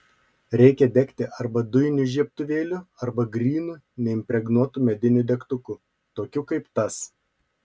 reikia degti arba dujiniu žiebtuvėliu arba grynu neimpregnuotu mediniu degtuku tokiu kaip tas